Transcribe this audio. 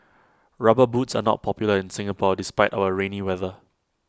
rubber boots are not popular in Singapore despite our rainy weather